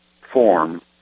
form